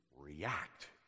react